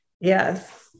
Yes